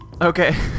Okay